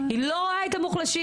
היא לא רואה את המוחלשים.